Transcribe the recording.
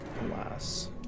Alas